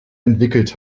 entwickelt